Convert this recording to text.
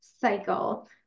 cycle